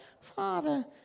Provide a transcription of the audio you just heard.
father